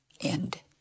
End